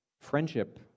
friendship